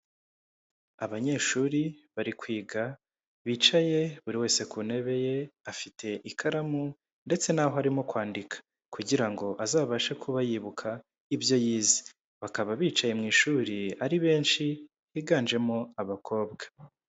Abanyeshuri bari kwiga, bicaye buri wese ku ntebe ye afite ikaramu ndetse n'aho arimo kwandika kugira ngo azabashe kuba yibuka ibyo yize. Bakaba bicaye mu ishuri ari benshi, biganjemo abakobwa.